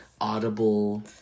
Audible